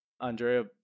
Andrea